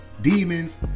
Demons